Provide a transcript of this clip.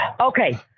Okay